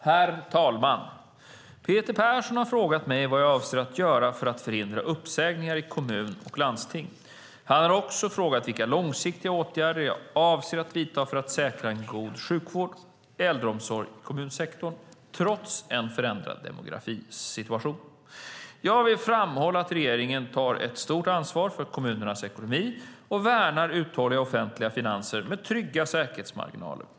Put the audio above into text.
Herr talman! Peter Persson har frågat vad jag avser att göra för att förhindra uppsägningar i kommuner och landsting. Han har också frågat vilka långsiktiga åtgärder jag avser att vidta för att säkra en god sjukvård och äldreomsorg i kommunsektorn trots en förändrad demografisituation. Jag vill framhålla att regeringen tar ett stort ansvar för kommunernas ekonomi och värnar uthålliga offentliga finanser med trygga säkerhetsmarginaler.